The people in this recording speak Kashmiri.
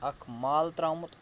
اَکھ مال ترٛامُت